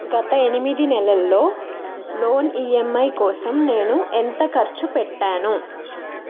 గత ఎనిమిది నెలల్లో లోన్ ఈఎంఐ కోసం నేను ఎంత ఖర్చు పెట్టాను